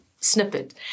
snippet